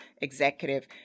executive